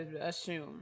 assume